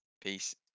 peace